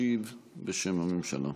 להשיב בשם הממשלה.